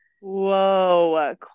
Whoa